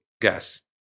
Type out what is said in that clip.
gas